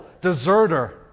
deserter